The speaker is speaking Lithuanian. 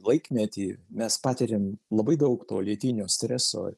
laikmety mes patiriam labai daug to lėtinio streso